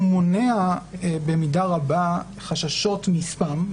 הוא מונע במידה רבה חששות מספאם,